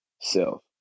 self